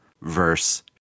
verse